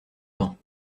temps